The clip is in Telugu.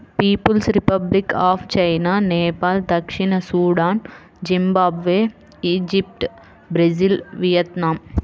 peoples republic of China, Nepal దక్షిణ Sudan, Zimbabwe, Egypt, Brazil, Vietnam